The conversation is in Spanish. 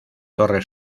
torre